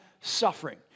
suffering